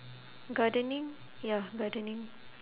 gardening ya gardening